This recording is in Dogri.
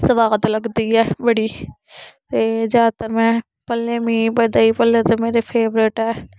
सोआद लगदी ऐ बड़ी ते ज्यादातर मै पल्ले मीं देहीं पल्ले ते मेरे फेवरेट ऐ